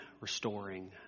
restoring